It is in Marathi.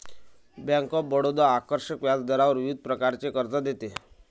बँक ऑफ बडोदा आकर्षक व्याजदरावर विविध प्रकारचे कर्ज देते